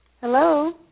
Hello